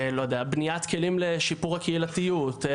בנית כלים לשיפור הקהילתיות,